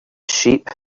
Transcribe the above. sheep